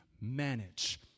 manage